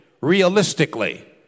Realistically